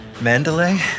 Mandalay